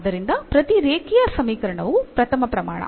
ಆದ್ದರಿಂದ ಪ್ರತಿ ರೇಖೀಯ ಸಮೀಕರಣವು ಪ್ರಥಮ ಪ್ರಮಾಣ